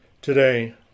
today